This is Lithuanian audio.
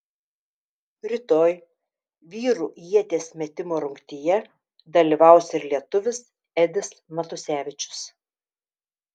rytoj vyrų ieties metimo rungtyje dalyvaus ir lietuvis edis matusevičius